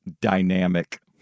dynamic